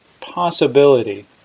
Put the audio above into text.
possibility